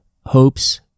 hopes